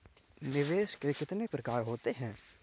निवेश के कितने प्रकार होते हैं?